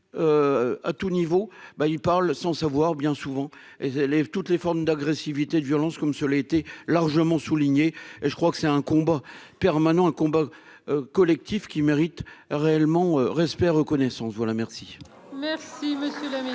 à tout niveau, ben il parle sans savoir, bien souvent, et lève toutes les formes d'agressivité, de violence, comme cela a été largement souligné et je crois que c'est un combat permanent, un combat collectif qui mérite réellement respect, reconnaissance, voilà merci.